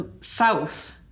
South